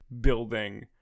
building